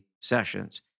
sessions